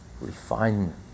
refinement